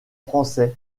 français